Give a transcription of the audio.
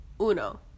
uno